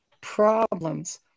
problems